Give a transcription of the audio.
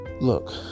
look